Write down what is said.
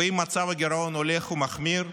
ואם מצב הגירעון הולך ומחמיר,